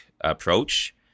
approach